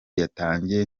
yatangiye